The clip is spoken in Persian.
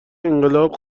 انقلاب